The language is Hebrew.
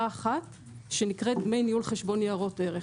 אחת שנקראת דמי ניהול חשבון ניירות ערך.